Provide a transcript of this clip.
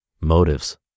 motives